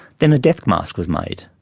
then a death mask was made,